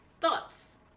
Thoughts